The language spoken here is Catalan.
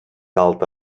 alta